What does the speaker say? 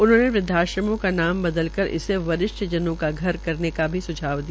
उन्होंने वृदवाश्रमों के नाम बदल कर इसे वरिष्ठ जनों का घर करने का स्झाव दिया